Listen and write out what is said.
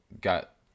got